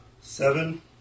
Seven